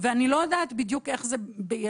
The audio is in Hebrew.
ואני לא יודעת בדיוק איך זה בילדים,